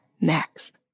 next